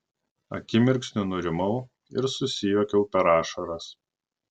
akimirksniu nurimau ir susijuokiau per ašaras